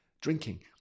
drinking